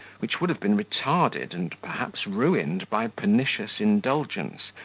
which would have been retarded, and perhaps ruined, by pernicious indulgence,